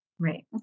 Right